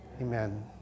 Amen